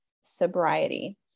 sobriety